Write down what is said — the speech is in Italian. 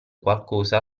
qualcosa